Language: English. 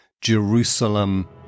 Jerusalem